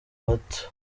bato